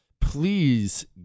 Please